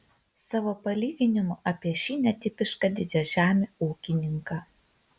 savo palyginimu apie šį netipišką didžiažemį ūkininką